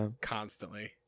constantly